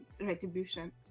retribution